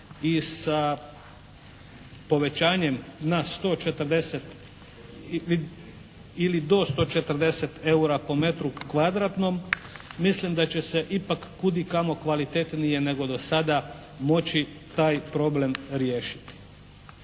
i sa povećanjem na 140 ili do 140 EUR-a po metru kvadratnom. Mislim da će se ipak kudikamo kvalitetnije nego do sada moći taj problem riješiti.